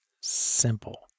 simple